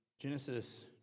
Genesis